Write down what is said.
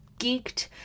geeked